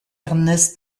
ernest